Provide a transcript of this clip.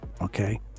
Okay